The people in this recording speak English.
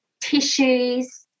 tissues